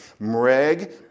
Mreg